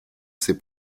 ses